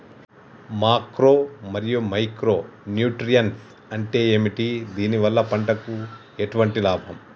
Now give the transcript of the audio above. Macro మరియు micro nutrients అంటే ఏమిటి? దీనివల్ల పంటకు ఎటువంటి లాభం?